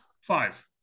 Five